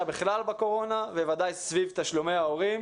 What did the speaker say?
בכלל בקורונה ובוודאי סביב תשלומי ההורים.